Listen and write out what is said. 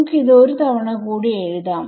നമുക്ക് ഇത് ഒരു തവണ കൂടി എഴുതാം